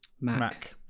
Mac